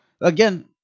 Again